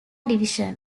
division